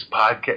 podcast